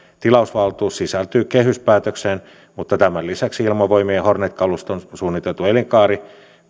tilausvaltuus sisältyy kehyspäätökseen mutta tämän lisäksi ilmavoimien hornet kaluston suunniteltu elinkaari